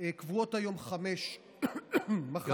קבועות היום חמש מחלות,